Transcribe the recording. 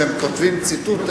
כשהם כותבים ציטוט,